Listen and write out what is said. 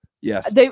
Yes